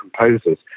composers